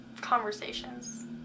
conversations